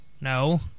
No